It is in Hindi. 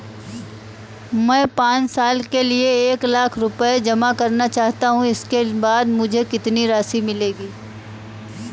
मैं पाँच साल के लिए एक लाख रूपए जमा करना चाहता हूँ इसके बाद मुझे कितनी राशि मिलेगी?